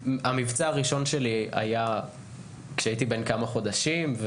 המבצע הראשון שלי היה כשהייתי בן כמה חודשים,